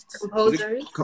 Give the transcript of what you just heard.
composers